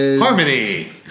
Harmony